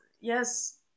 yes